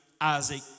Isaac